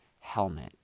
helmet